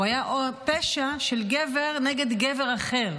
הוא היה פשע של גבר נגד גבר אחר.